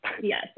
Yes